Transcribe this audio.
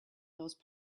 those